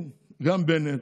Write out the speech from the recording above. גם בנט,